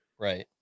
Right